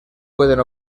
pueden